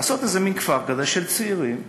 לעשות מין כפר כזה של צעירים.